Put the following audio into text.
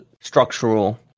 structural